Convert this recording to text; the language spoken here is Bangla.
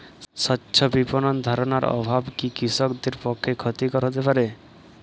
স্বচ্ছ বিপণন ধারণার অভাব কি কৃষকদের পক্ষে ক্ষতিকর হতে পারে?